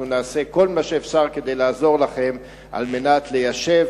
אנחנו נעשה כל מה שאפשר כדי לעזור לכם על מנת ליישב